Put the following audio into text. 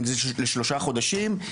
לשלושה חודשים.